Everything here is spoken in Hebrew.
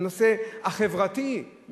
הנושא החברתי,